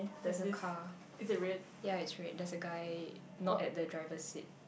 there's a car yea it's red there's a guy not at the driver seat